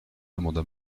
demanda